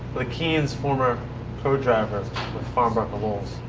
mckean's former codriver with farnbacher loles